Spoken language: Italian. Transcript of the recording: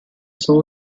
sono